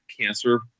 cancer